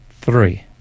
three